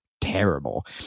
terrible